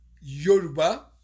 Yoruba